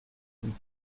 been